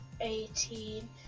eighteen